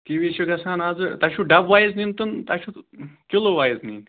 kiwi چھِ گژھان آزٕ تۄہہِ چھُو ڈَبہٕ وایِز نِنۍ تِم تۄہہِ چھُو کِلوٗ وایِز نِنۍ